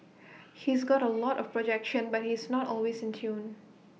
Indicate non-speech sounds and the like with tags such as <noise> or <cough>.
he's got <noise> A lot of projection but he's not always in tune